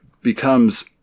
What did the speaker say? becomes